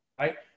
right